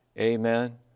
Amen